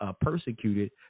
persecuted